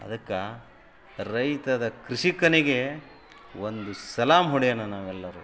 ಅದಕ್ಕೆ ರೈತದ ಕೃಷಿಕನಿಗೆ ಒಂದು ಸಲಾಮ್ ಹೊಡ್ಯೋಣ ನಾವೆಲ್ಲರೂ